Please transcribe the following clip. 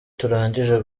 turangije